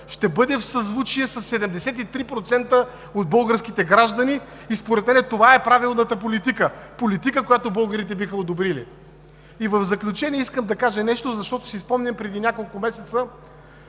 ще бъде в съзвучие със 73% от българските граждани. Според мен това е правилната политика. Политика, която българите биха одобрили. В заключение искам да кажа нещо, защото си спомням преди няколко месеца